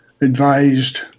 advised